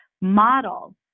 model